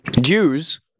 Jews